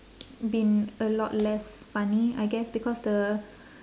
been a lot less funny I guess because the